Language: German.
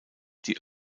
die